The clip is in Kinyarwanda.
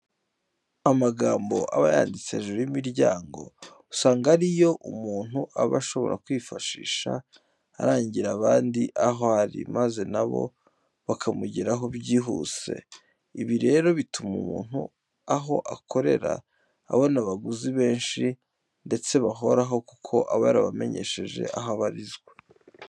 Amagambo aba yanditse hejuru y'imiryango usanga ari yo umuntu aba ashobora kwifashisha arangira abandi aho ari maze na bo bakamugeraho byihuse. Ibi rero bituma umuntu aho akorera abona abaguzi benshi ndetse bahoraho kuko aba yarabamenyesheje aho abarizwa.